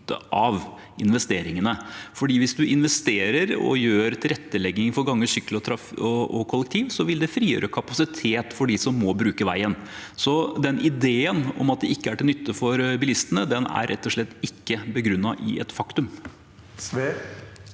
av investeringene, for hvis man investerer og gjør tilrettelegging for gange, sykkel og kollektiv, vil det frigjøre kapasitet for dem som må bruke veien. Den ideen om at det ikke er til nytte for bilistene, er rett og slett ikke begrunnet i et faktum.